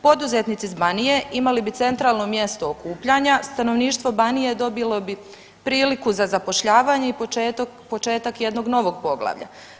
Poduzetnici s Banije imali bi centralno mjesto okupljanja, stanovništvo Banije dobilo bi priliku za zapošljavanje i početak jednog novog poglavlja.